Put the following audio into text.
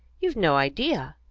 you've no idea!